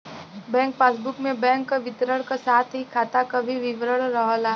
bank passbook में bank क विवरण क साथ ही खाता क भी विवरण रहला